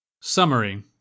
Summary